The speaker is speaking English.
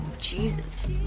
Jesus